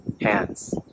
hands